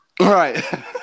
Right